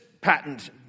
patent